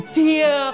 dear